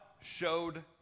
showed